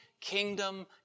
kingdom